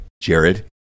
Jared